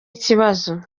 ikibazo